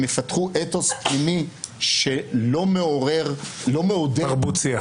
הם יפתחו אתוס פנימי שלא מעודד -- תרבות שיח.